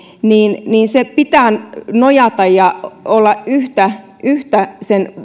pitää nojata ja olla yhtä yhtä